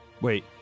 Wait